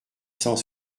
cent